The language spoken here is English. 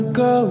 go